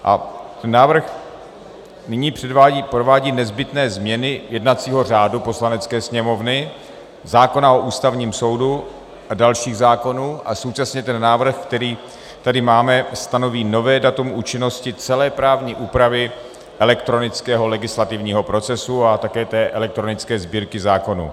A ten návrh nyní provádí nezbytné změny jednacího řádu Poslanecké sněmovny, zákona o Ústavním soudu a dalších zákonů a současně ten návrh, který tady máme, stanoví nové datum účinnosti celé právní úpravy elektronického legislativního procesu a také té elektronické Sbírky zákonů.